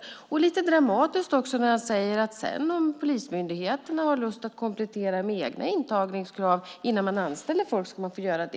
Det är också lite dramatiskt när han säger att polismyndigheterna ska få komplettera med egna intagningskrav innan man anställer folk, om man har